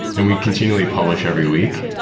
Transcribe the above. and we continually publish every week.